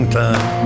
time